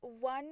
one